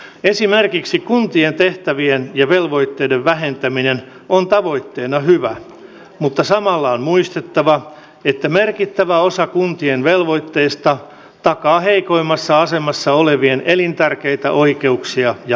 esimerkiksi kuntien tehtävien ja velvoitteiden vähentäminen on tavoitteena hyvä mutta samalla on muistettava että merkittävä osa kuntien velvoitteista takaa heikoimmassa asemassa olevien elintärkeitä oikeuksia ja palveluja